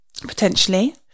potentially